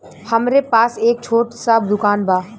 हमरे पास एक छोट स दुकान बा